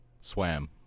Swam